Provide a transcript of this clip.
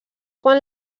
quan